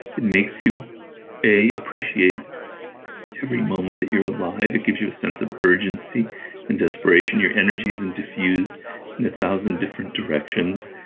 it makes you a, appreciate every moment that you're alive. it gives you a sense of urgency and desperation. your energy isn't diffused in a thousand different directions.